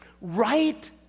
right